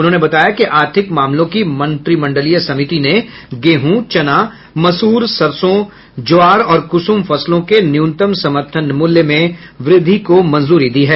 उन्होंने बताया कि आर्थिक मामलों की मंत्रिमंडलीय समिति ने गेहूं चना मसूर सरसों ज्वार और कुसुम फसलों के न्यूनतम समर्थन मूल्य में वृद्धि को मंजूरी दी है